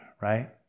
right